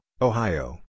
Ohio